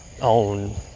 on